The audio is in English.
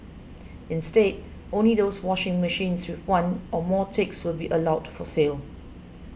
instead only those washing machines with one or more ticks will be allowed for sale